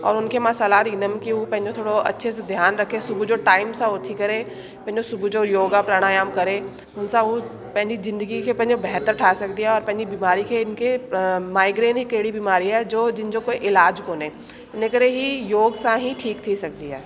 और हुनखे मां सलाहु ॾींदमि की हूअ पंहिंजो थोरो अच्छे से ध्यानु रखे सुबुह जो टाइम सां उथी करे पहिंजो सुबुह जो योगा प्राणायाम करे उनसां हूअ पहिंजी ज़िंदगी खे पंहिंजो बहितरु ठाहे सघंदी आहे और पंहिंजी बीमारी खे हिनखे माइग्रेन हिकु अहिड़ी बीमारी आहे जो जंहिंजो कोई इलाज कोन्हे इन करे हीअ योग सां ई ठीकु थी सघंदी आहे